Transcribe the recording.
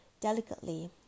delicately